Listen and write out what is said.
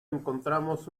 encontramos